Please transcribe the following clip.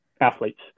athletes